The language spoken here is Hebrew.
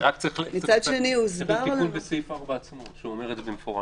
צריך תיקון בסעיף 4 עצמו שאומר את זה במפורש,